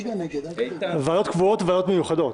ועדות קבועות וועדות מיוחדות.